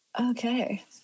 okay